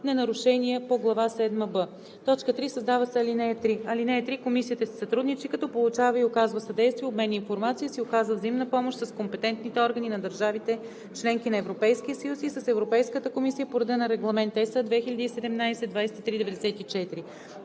на нарушения по глава седма „б“.“ 3. Създава се ал. 3: „(3) Комисията си сътрудничи, като получава и оказва съдействие, обменя информация и си оказва взаимна помощ с компетентните органи на държавите – членки на Европейския съюз, и с Европейската комисия по реда на Регламент (ЕС) 2017/2394.“